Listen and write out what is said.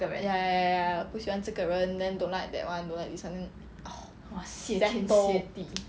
ya ya ya ya ya 不喜欢这个人 then don't like that [one] don't like this [one] !wah! 谢天谢地